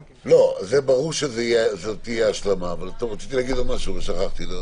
הבנק שלח הודעה לפרטי ההתקשרות הלא נכונים או שלא הסתיים יום העסקים שבו